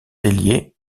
hélier